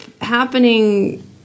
happening